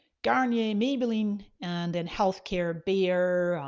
garnier, maybelline and then healthcare bayer,